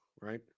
right